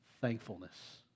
thankfulness